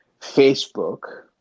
Facebook